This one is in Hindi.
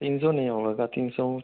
तीन सौ नहीं होगा सर तीन सौ